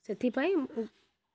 ସେଥିପାଇଁ